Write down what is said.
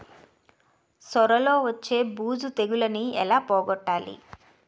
సొర లో వచ్చే బూజు తెగులని ఏల పోగొట్టాలి?